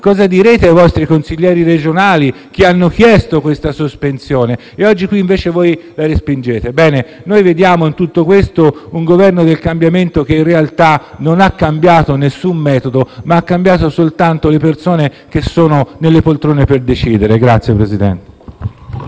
Cosa direte ai vostri consiglieri regionali, che hanno chiesto questa sospensione, che oggi qui, invece, respingete? Ebbene, in tutto questo vediamo un Governo del cambiamento che in realtà non ha cambiato nessun metodo, ma ha cambiato soltanto le persone che sono sulle poltrone per decidere. *(Applausi